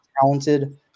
talented